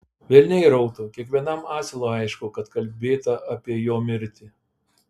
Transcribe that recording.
velniai rautų kiekvienam asilui aišku kad kalbėta apie jo mirtį